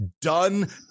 done